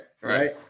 Right